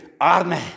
army